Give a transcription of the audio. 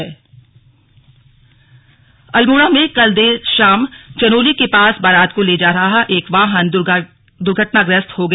slug दुर्घटना अल्मोड़ा अल्मोड़ा में कल देर शाम चनोली के पास बारात को ले जा रहा एक वाहन दुर्घटनाग्रस्त हो गया